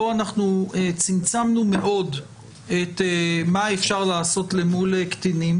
פה אנחנו צמצמנו מאוד את מה אפשר לעשות למול קטינים,